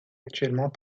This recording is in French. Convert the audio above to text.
actuellement